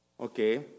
okay